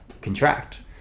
contract